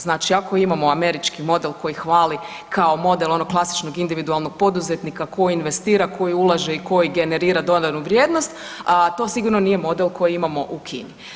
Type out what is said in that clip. Znači ako imamo američki model koji hvali kao model onog klasičnog individualnog poduzetnika koji investira, koji ulaže i koji generira dodanu vrijednost, a to sigurno nije model koji imamo u Kini.